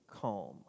calm